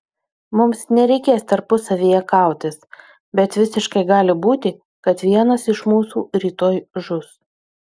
mums nereikės tarpusavyje kautis bet visiškai gali būti kad vienas iš mūsų rytoj žus